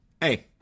Hey